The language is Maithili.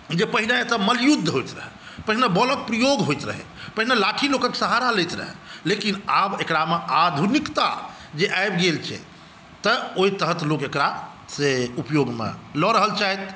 जे पहिने एतऽ मल्लयुद्ध होयत रहय पहिने बलक प्रयोग होयत रहै पहिने लाठी लोकक सहारा लैत रहय लेकिन आब एकरामे आधुनिकता जे आबि गेल छै तऽ ओहि तहत लोक एकरा से उपयोग मे लऽ रहल छथि